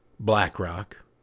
BlackRock